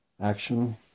action